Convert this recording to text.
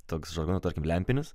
toks žargoną tarkim lempinis